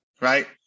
right